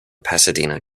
pasadena